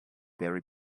berry